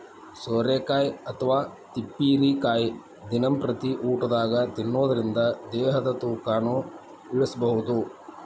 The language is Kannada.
ಸೋರೆಕಾಯಿ ಅಥವಾ ತಿಪ್ಪಿರಿಕಾಯಿ ದಿನಂಪ್ರತಿ ಊಟದಾಗ ತಿನ್ನೋದರಿಂದ ದೇಹದ ತೂಕನು ಇಳಿಸಬಹುದು